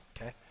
okay